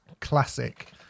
classic